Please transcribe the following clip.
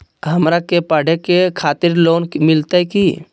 हमरा के पढ़े के खातिर लोन मिलते की?